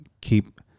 keep